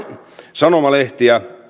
sanomalehtiä